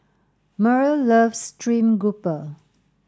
Myrle loves stream grouper